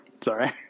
sorry